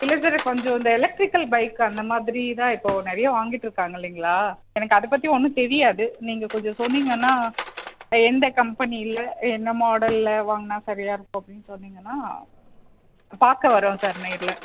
இல்லை சார் கொஞ்சம் இந்த எலக்ட்ரிகல் பைக் அந்த மாதிரி தான் இப்போ நிறையா வாங்கிட்டிருக்காங்க இல்லைங்களா எனக்கு அதை பற்றி ஒன்றும் தெரியாது நீங்கள் கொஞ்சம் சொன்னீங்கன்னால் எந்த கம்பெனியில் எந்த மாடலில் வாங்கினா சரியாக இருக்கும் அப்படீன்னு சொன்னீங்கன்னால் பார்க்க வறோம் சார் நேரில்